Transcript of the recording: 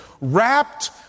wrapped